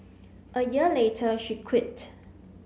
a year later she quit